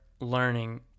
learning